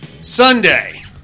Sunday